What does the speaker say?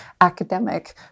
academic